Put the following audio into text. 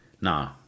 No